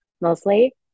mostly